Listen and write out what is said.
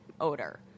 odor